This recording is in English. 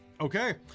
Okay